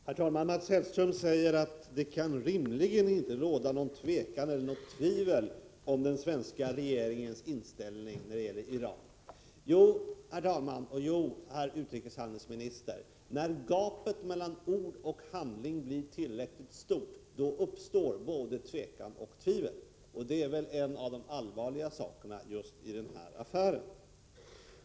Herr talman! Mats Hellström säger att det inte rimligen kan råda någon tvekan eller något tvivel om den svenska regeringens inställning när det gäller Iran. Jo, herr talman, och jo, herr utrikeshandelsminister, när gapet mellan ord och handling blir tillräckligt stort uppstår både tvekan och tvivel. Detta är en av de allvarligaste aspekterna i den här affären.